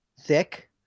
thick